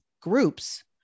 groups